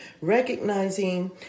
Recognizing